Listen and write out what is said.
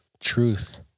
truth